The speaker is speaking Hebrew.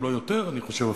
אם לא יותר אני חושב אפילו,